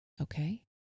okay